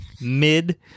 mid